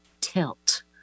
tilt